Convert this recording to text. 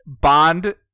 bond